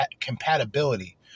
compatibility